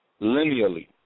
linearly